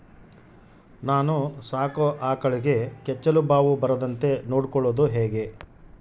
ನಾನು ಸಾಕೋ ಆಕಳಿಗೆ ಕೆಚ್ಚಲುಬಾವು ಬರದಂತೆ ನೊಡ್ಕೊಳೋದು ಹೇಗೆ?